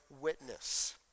witness